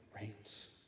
rains